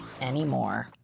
anymore